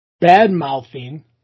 bad-mouthing